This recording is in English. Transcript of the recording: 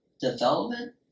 development